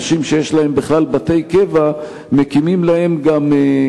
אנשים שיש להם בתי קבע גם מקימים להם עוד